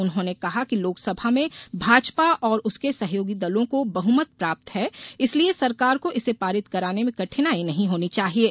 उन्होंने कहा कि लोकसभा में भाजपा और और उसके सहयोगी दलों को बहमत प्राप्त है इसलिये सरकार को इसे पारित कराने में कठिनाई नहीं होनी चाहिये